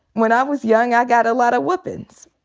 when i was young i got a lotta whoopin's.